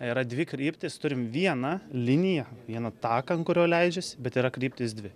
yra dvi kryptys turim vieną liniją vieną taką ant kurio leidžiasi bet yra kryptys dvi